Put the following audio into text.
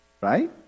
Right